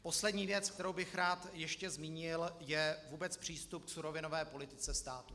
Poslední věc, kterou bych rád ještě zmínil, je vůbec přístup k surovinové politice státu.